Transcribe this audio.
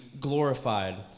glorified